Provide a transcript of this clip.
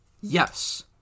Yes